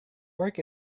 work